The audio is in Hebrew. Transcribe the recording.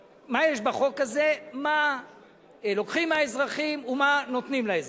מה לוקחים מהאזרחים ומה נותנים לאזרחים.